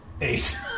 Eight